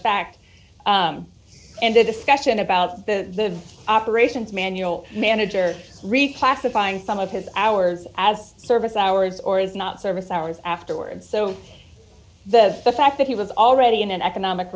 fact and a discussion about the operations manual manager reclassifying some of his hours as service hours or is not service hours afterwards so the fact that he was already in an economic